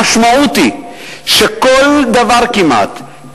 המשמעות היא שכל דבר כמעט,